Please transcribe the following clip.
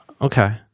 Okay